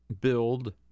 build